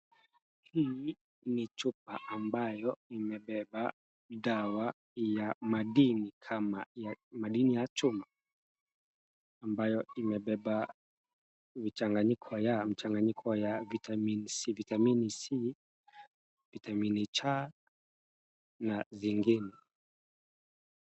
Hii ni chupa ambayo imebeba dawa ya madini kama madini ya chuma ambayo imebeba vichanganyiko ya mchanganyiko wa Vitamini C , vitamini C na zingine.